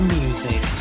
music